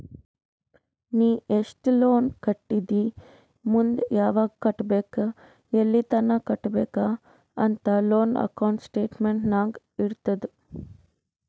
ನೀ ಎಸ್ಟ್ ಲೋನ್ ಕಟ್ಟಿದಿ ಮುಂದ್ ಯಾವಗ್ ಕಟ್ಟಬೇಕ್ ಎಲ್ಲಿತನ ಕಟ್ಟಬೇಕ ಅಂತ್ ಲೋನ್ ಅಕೌಂಟ್ ಸ್ಟೇಟ್ಮೆಂಟ್ ನಾಗ್ ಇರ್ತುದ್